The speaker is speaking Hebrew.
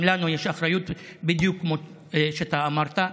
גם לנו יש אחריות, בדיוק כמו שאתה אמרת.